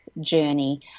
journey